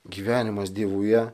gyvenimas dievuje